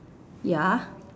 ya